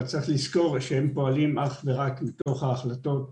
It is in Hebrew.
אבל צריך לזכור שהם פועלים אך ורק מתוך החלטות הכנסת,